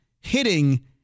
hitting